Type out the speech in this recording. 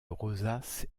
rosaces